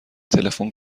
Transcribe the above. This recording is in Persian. تلفن